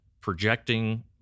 projecting